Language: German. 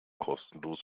kostenlos